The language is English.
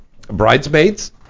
Bridesmaids